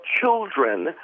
children